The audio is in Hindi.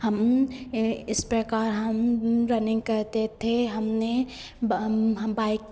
हम यह इस प्रकार हम रनिंग करते थे हमने ब अम हम बाइक